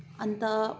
अन्त